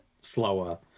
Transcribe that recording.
Slower